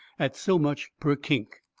at so much per kink.